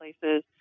places